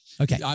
Okay